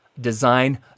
design